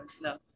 no